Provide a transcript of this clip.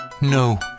No